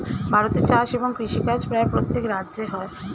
ভারতে চাষ এবং কৃষিকাজ প্রায় প্রত্যেক রাজ্যে হয়